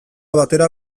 batera